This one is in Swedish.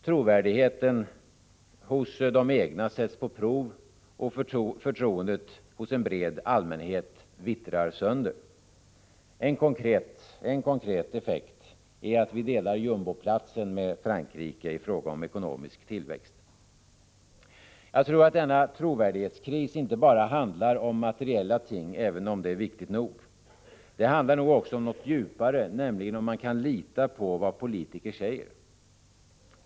Trovärdigheten hos de egna sätts på prov, och förtroendet hos en bred allmänhet vittrar sönder. En konkret effekt är att vi delar jumboplatsen med Frankrike i fråga om ekonomisk tillväxt. Jag tror att denna trovärdighetskris inte bara handlar om materiella ting, även om det är viktigt nog. Det handlar också om något djupare, nämligen om man kan lita på vad politiker säger.